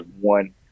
one